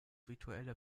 virtuelle